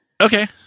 Okay